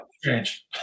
strange